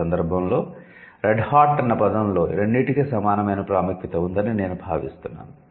ఈ సందర్భంలో 'red hot' అన్న పదంలో రెండింటికీ సమానమైన ప్రాముఖ్యత ఉందని నేను భావిస్తున్నాను